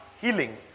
healing